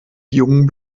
jung